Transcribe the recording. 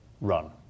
run